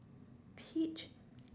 peach